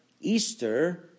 Easter